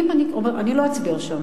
אני לא אצביע עכשיו.